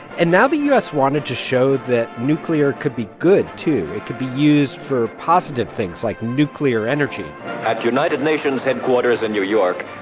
and now the u s. wanted to show that nuclear could be good, too. it could be used for positive things, like nuclear energy at united nations headquarters in new york,